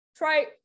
Try